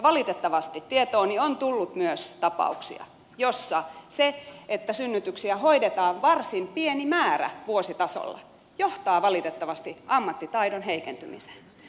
valitettavasti tietooni on tullut myös tapauksia joissa se että synnytyksiä hoidetaan varsin pieni määrä vuositasolla johtaa valitettavasti ammattitaidon heikentymiseen